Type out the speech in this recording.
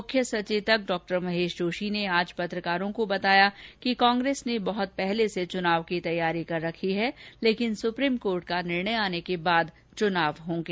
मुख्य सचेतक डॉ महेश जोशी ने आज पत्रकारों से बताया कि कांग्रेस ने बहुत पहले से चुनाव की तैयारी कर रखी है लेकिन सुप्रीम कोर्ट का निर्णय आने के बाद चुनाव होंगे